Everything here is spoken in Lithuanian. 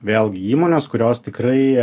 vėlgi įmonės kurios tikrai